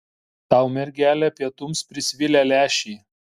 tau mergele pietums prisvilę lęšiai